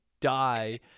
die